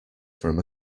from